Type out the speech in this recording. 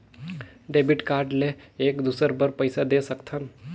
Debit card ले एक दुसर बार पइसा दे सकथन?